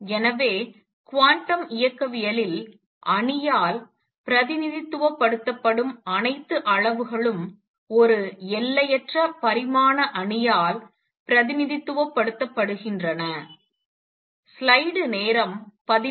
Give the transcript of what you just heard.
எனவே குவாண்டம் இயக்கவியலில் அணியால் பிரதிநிதித்துவப்படுத்தப்படும் அனைத்து அளவுகளும் ஒரு எல்லையற்ற பரிமாண அணியால் பிரதிநிதித்துவப்படுத்தப்படுகின்றன